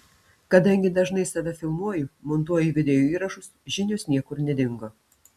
kadangi dažnai save filmuoju montuoju videoįrašus žinios niekur nedingo